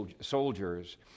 soldiers